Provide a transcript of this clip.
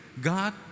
God